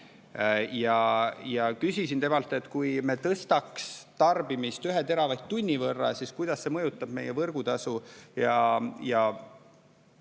ja küsisin temalt, et kui me tõstaksime tarbimist ühe teravatt-tunni võrra, siis kuidas see mõjutab meie võrgutasu.